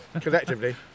collectively